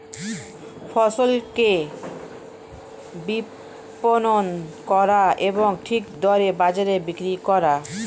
ফসলকে বিপণন করা এবং ঠিক দরে বাজারে বিক্রি করা